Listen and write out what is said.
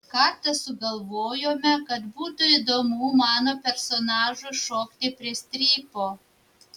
kartą sugalvojome kad būtų įdomu mano personažui šokti prie strypo